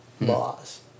laws